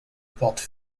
portes